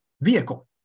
vehicle